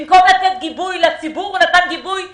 במקום לתת גיבוי לציבור, הוא נתן גיבוי לבנקים.